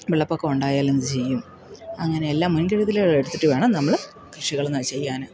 വെള്ളപ്പൊക്കമുണ്ടായാലെന്തു ചെയ്യും അങ്ങനെയെല്ലാം മുൻകരുതലുകളെടുത്തിട്ട് വേണം നമ്മൾ കൃഷികൾ ചെയ്യാൻ